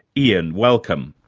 ian, welcome.